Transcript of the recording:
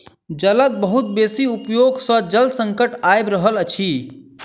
जलक बहुत बेसी उपयोग सॅ जल संकट आइब रहल अछि